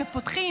שפותחים,